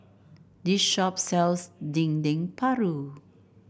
this shop sells Dendeng Paru